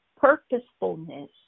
purposefulness